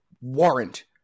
warrant